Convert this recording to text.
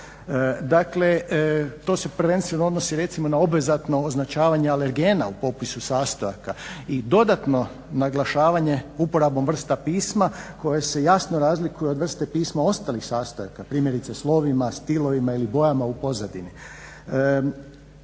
Dakle, to se prvenstveno odnosi recimo na obvezatno označavanje alergena u popisu sastojaka i dodatno naglašavanje uporabom vrsta pisma koji se jasno razlikuju od vrste pisma ostalih sastojaka. Primjerice slovima, stilovima ili bojama u pozadini.